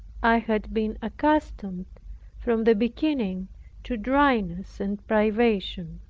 i had been accustomed from the beginning to dryness and privation.